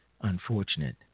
unfortunate